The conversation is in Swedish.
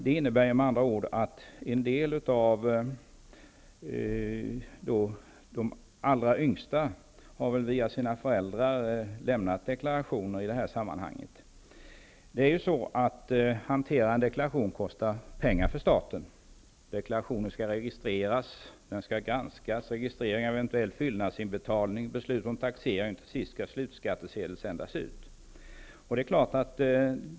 Det innebär med andra ord att en del av de allra yngsta personerna har lämnat deklarationer via sina föräldrar. Det kostar pengar för staten att hantera en deklaration. Deklarationen skall registreras, granskas, eventuell fyllnadsinbetalning skall registreras och det skall komma beslut om taxering. Till sist skall en slutskattesedel sändas ut.